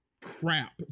crap